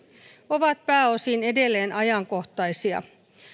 ovat pääosin edelleen ajankohtaisia